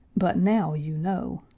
but now you know.